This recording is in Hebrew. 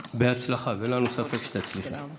בהצלחה, ואין לנו ספק שתצליחי.